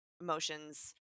emotions